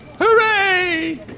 Hooray